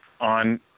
on